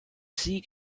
sieg